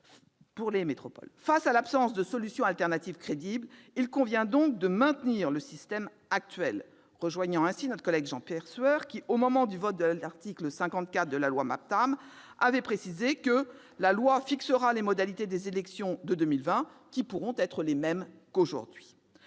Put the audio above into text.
Devant l'absence de solutions alternatives crédibles, il convient donc de maintenir le système actuel. Nous rejoignons ainsi notre collègue Jean-Pierre Sueur, qui, au moment du vote de l'article 54 de la loi MAPTAM, avait précisé que « la loi fixera les modalités des élections de 2020, qui pourront être les mêmes qu'aujourd'hui